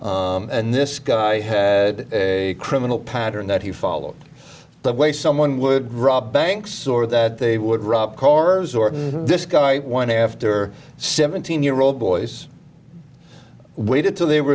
ferdinand and this guy had a criminal pattern that he followed the way someone would rob banks or that they would rob cars or this guy went after seventeen year old boys waited till they were